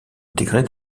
intégrées